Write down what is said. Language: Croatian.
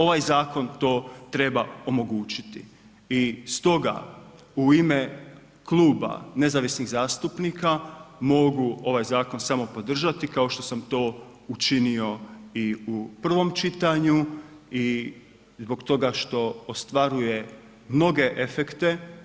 Ovaj zakon to treba omogućiti i stoga u ime Kluba nezavisnih zastupnika mogu ovaj zakon samo podržati kao što sam to učinio i u prvom čitanju i zbog toga što ostvaruje mnoge efekte.